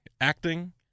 acting